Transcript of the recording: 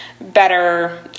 better